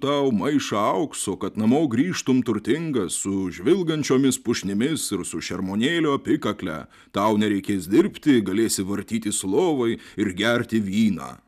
tau maišą aukso kad namo grįžtum turtingas su žvilgančiomis pušnimis ir su šermuonėlio apykakle tau nereikės dirbti galėsi vartytis lovoj ir gerti vyną